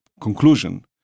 conclusion